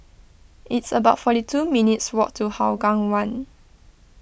it's about forty two minutes' walk to Hougang one